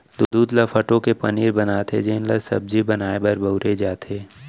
दूद ल फटो के पनीर बनाथे जेन ल सब्जी बनाए बर बउरे जाथे